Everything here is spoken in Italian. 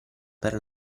per